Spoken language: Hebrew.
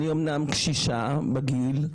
אני אמנם קשישה בגיל,